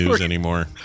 anymore